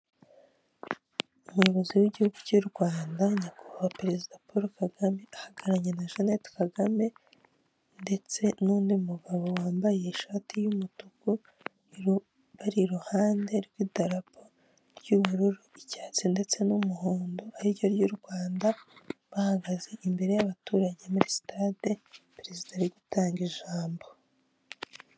Umuyobozi w'igihugu cy'u Rwanda nyakubahwa perezida Paul Kagame ahagararanye na Janette Kagame ndetse n'undi mugabo wambaye ishati y'umutuku bari iruhande rw'idarapo ry'ubururu n'icyatsi ndetse n'umuhondo ariryo ry'u Rwanda bahagaze imbere y'abaturage muri sitade perezida ari gutanga ijambo.